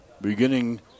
beginning